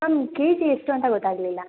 ma'am KG ಎಷ್ಟು ಅಂತ ಗೊತ್ತಾಗಲಿಲ್ಲ